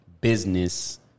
business